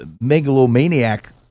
megalomaniac